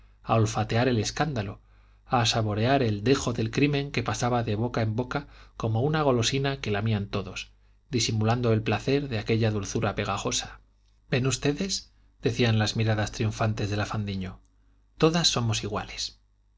a olfatear el escándalo a saborear el dejo del crimen que pasaba de boca en boca como una golosina que lamían todos disimulando el placer de aquella dulzura pegajosa ven ustedes decían las miradas triunfantes de la fandiño todas somos iguales